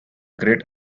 great